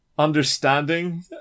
understanding